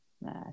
Nah